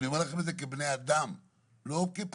אני אומר לכם את זה כבני אדם, לא כפקידים